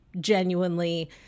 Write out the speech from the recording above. genuinely